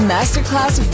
Masterclass